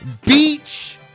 beach